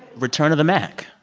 return of the mack.